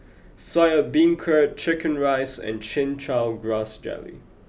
Soya Beancurd Chicken Rice and Chin Chow Grass Jelly